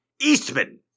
Eastman